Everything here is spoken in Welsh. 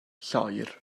lloer